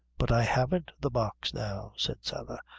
but i haven't the box now, said sarah,